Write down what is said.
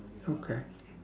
okay